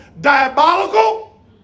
diabolical